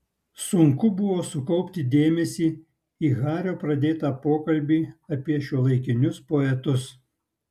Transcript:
sunku buvo sukaupti dėmesį į hario pradėtą pokalbį apie šiuolaikinius poetus